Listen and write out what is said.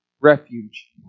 refuge